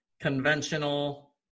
conventional